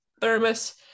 thermos